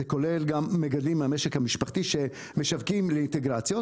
זה כולל גם מגדלים מהמשק המשפחתי שמשווקים לאינטגרציות